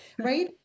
right